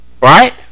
right